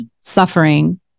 suffering